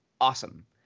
awesome